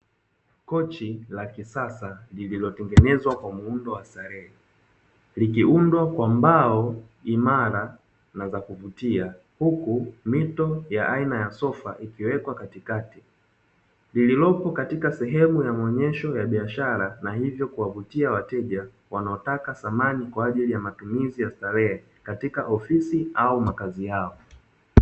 Kochi la kisasa lililotengenezwa kwa muundo wa starehe, likiundwa kwa mbao imara na za kuvutia, huku mito ya aina ya sofa ikiwekwa katikati lililopo katika sehemu ya maonyesho ya biashara, na hivyo kuwavutia wateja wanaotaka samani kwa ajili ya matumizi ya starehe katika ofisi au makazi yao.